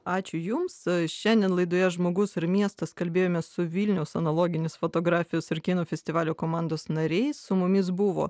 ačiū jums šiandien laidoje žmogus ir miestas kalbėjome su vilniaus analoginės fotografijos ir kino festivalio komandos nariais su mumis buvo